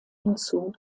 hinzu